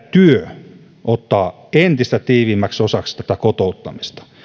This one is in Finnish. työ pitää ottaa entistä tiiviimmäksi osaksi kotouttamista